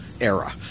era